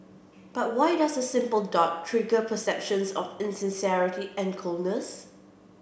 but why does a simple dot trigger perceptions of insincerity and coldness